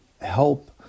help